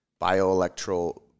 bioelectro